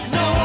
no